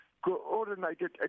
coordinated